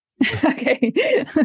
okay